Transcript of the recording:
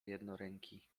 jednoręki